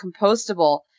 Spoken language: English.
compostable